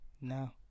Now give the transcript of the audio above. No